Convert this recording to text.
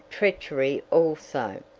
treachery also,